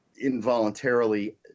involuntarily